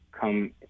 come